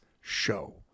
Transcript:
show